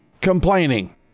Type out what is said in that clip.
complaining